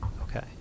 Okay